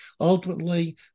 ultimately